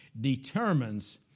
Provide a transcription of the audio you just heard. determines